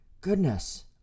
goodness